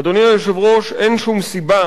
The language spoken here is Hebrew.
אדוני היושב-ראש, אין שום סיבה